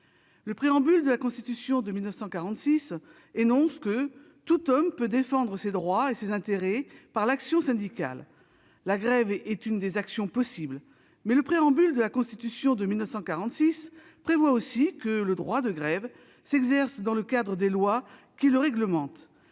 Le préambule de la Constitution de 1946 énonce :« Tout homme peut défendre ses droits et ses intérêts par l'action syndicale [...]». La grève est une des actions possibles. Mais ce préambule prévoit aussi que « le droit de grève s'exerce dans le cadre des lois qui le réglementent